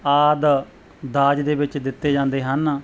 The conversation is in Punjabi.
ਆਦਿ ਦਾਜ ਦੇ ਵਿੱਚ ਦਿੱਤੇ ਜਾਂਦੇ ਹਨ